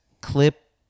clip